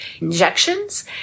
injections